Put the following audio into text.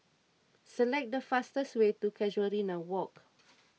select the fastest way to Casuarina Walk